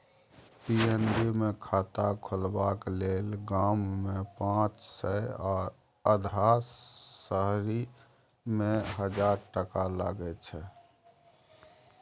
PNB मे खाता खोलबाक लेल गाममे पाँच सय आ अधहा शहरीमे हजार टका लगै छै